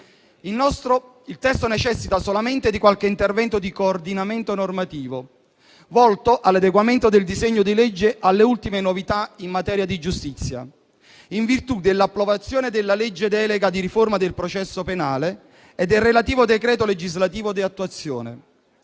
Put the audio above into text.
Il testo necessita solamente di qualche intervento di coordinamento normativo volto all'adeguamento del disegno di legge alle ultime novità in materia di giustizia, in virtù dell'approvazione della legge delega di riforma del processo penale e del relativo decreto legislativo di attuazione.